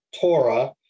Torah